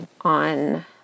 on